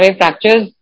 fractures